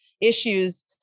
issues